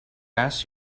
asked